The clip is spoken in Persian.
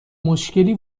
مشکلی